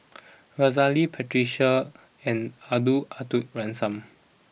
Aziza Ali Patricia and Gordon Arthur Ransome